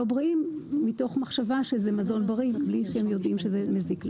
בריאים מתוך מחשבה שזה מזון בריא בלי שהם יודעים שזה מזיק להם.